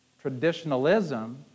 Traditionalism